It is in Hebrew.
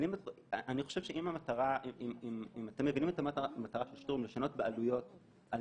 אני חושב שאם אתם מבינים את המטרה של שטרום לשנות בעלויות על